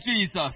Jesus